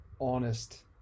honest